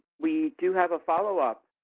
we do have a follow-up